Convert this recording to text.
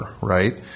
Right